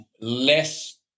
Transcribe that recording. less